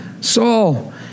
Saul